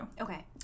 Okay